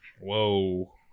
Whoa